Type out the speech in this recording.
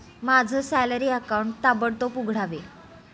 माझं salary account ताबडतोब उघडावे